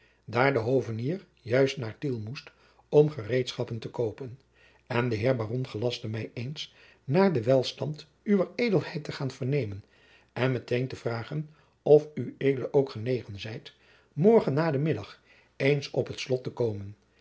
daar de hovenier juist naar tiel moest om gereedschappen te kopen en de heer baron gelastte mij eens naar den welstand uwer edelheid te gaan vernemen en meteen te vragen of jacob van lennep de pleegzoon ued ook genegen zijt morgen nadenmiddag eens op het slot te komen